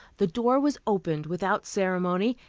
the door was opened without ceremony,